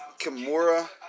Kimura